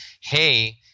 hey